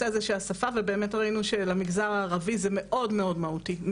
הזה של השפה ובאמת ראינו שלמגזר הערבי זה מאוד מאוד מהותי.